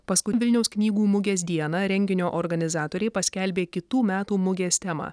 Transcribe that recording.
paskui vilniaus knygų mugės dieną renginio organizatoriai paskelbė kitų metų mugės temą